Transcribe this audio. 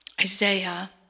Isaiah